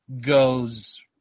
goes